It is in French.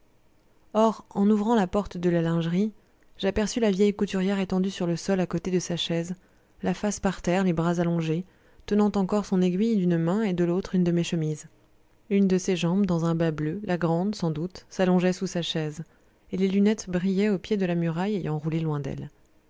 or en ouvrant la porte de la lingerie j'aperçus la vieille couturière étendue sur le sol à côté de sa chaise la face par terre les bras allongés tenant encore son aiguille d'une main et de l'autre une de mes chemises une de ses jambes dans un bas bleu la grande sans doute s'allongeait sous sa chaise et les lunettes brillaient au pied de la muraille ayant roulé loin d'elle